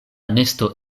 nesto